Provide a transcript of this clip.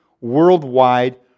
worldwide